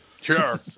Sure